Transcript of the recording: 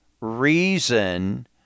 reason